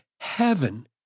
heaven